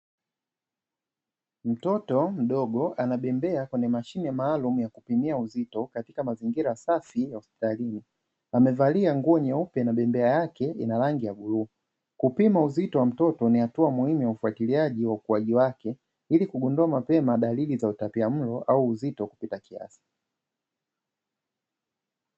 Mtoto mdogo anabembea kwenye mashine maalumu ya kupimia uzito katika mazingira safi ya hospitalini, amevalia nguo nyeupe na bembea yake ina rangi ya bluu, kupima uzito wa mtoto ni hatua muhimu ya ufuatiliaji wa ukuaji wake ili kugundua mapema dalili za utapiamlo au uzito kupita kiasi.